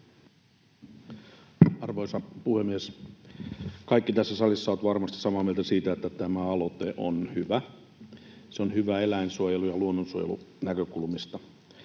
Arvoisa puhemies! Kaikki tässä salissa ovat varmasti samaa mieltä siitä, että tämä aloite on hyvä. Se on hyvä eläinsuojelu- ja luonnonsuojelunäkökulmista.